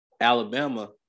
Alabama